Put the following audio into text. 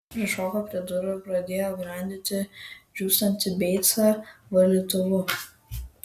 prišoko prie durų ir pradėjo grandyti džiūstantį beicą valytuvu